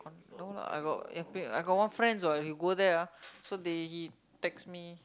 no lah I got yeah I play I got one friend what he go there ah so they he text me